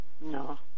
No